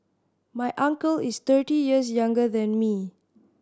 my uncle is thirty years younger than me